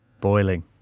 Boiling